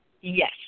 Yes